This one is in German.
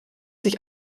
sich